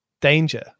danger